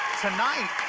tonight,